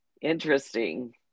Interesting